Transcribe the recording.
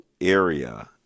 area